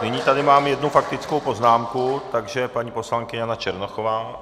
Nyní tady mám jednu faktickou poznámku paní poslankyně Jana Černochová.